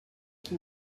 qui